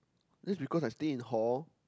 just because I stay in hall